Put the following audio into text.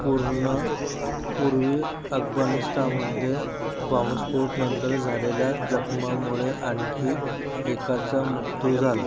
पूर्ण पूर्वी अगबानिस्तानमध्ये बॉम्बस्फोटनंतर झालेल्या जखमांमुळे आणखी एकाचा मृत्यू झाला